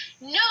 No